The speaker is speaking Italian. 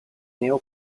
neo